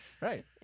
right